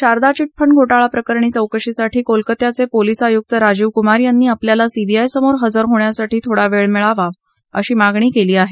Sharda chit fund घोटाळाप्रकरणी चौकशीसाठी कोलकोत्याचे पोलीस आयुक्त राजीव कुमार यांनी आपल्याला सीबीआय समोर हजर होण्यासाठी थोडा वेळ मिळावा अशी मागणी केली आहे